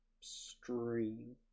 stream